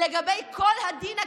לגבי כל הדין הקיים.